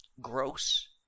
gross